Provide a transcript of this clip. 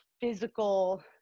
physical